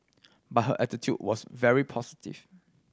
but her attitude was very positive